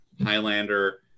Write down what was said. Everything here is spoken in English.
Highlander